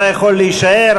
אתה יכול להישאר,